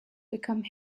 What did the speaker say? become